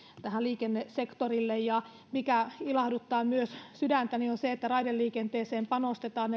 tähän liikennesektorille mikä myös ilahduttaa sydäntäni on se että raideliikenteeseen panostetaan